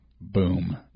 Boom